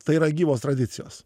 tai yra gyvos tradicijos